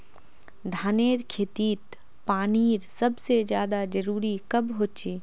धानेर खेतीत पानीर सबसे ज्यादा जरुरी कब होचे?